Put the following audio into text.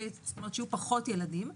זאת אומרת שיהיו פחות ילדים יחד,